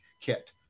kit